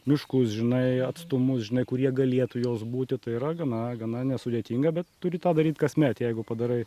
miškus žinai atstumus žinai kur jie galėtų jos būti tai yra gana gana nesudėtinga bet turi tą daryt kasmet jeigu padarai